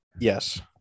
Yes